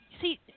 See